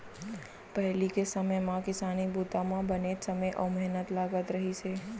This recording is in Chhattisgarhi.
पहिली के समे म किसानी बूता म बनेच समे अउ मेहनत लागत रहिस हे